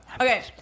Okay